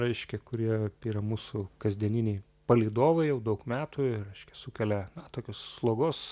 reiškia kurie tai yra mūsų kasdieniniai palydovai jau daug metų ir sukelia na tokios slogos